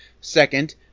Second